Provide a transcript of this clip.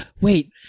wait